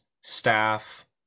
staff